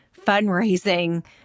fundraising